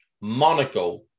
Monaco